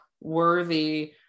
worthy